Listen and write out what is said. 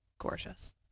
Gorgeous